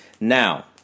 Now